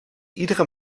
iedere